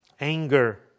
anger